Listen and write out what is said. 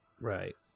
Right